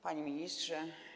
Panie Ministrze!